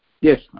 Yes